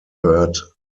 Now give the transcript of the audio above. third